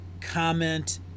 comment